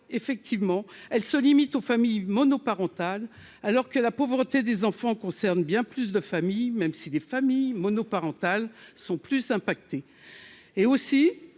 effectivement elle se limite aux familles monoparentales, alors que la pauvreté des enfants concerne bien plus de familles, même si des familles monoparentales sont plus impactées et aussi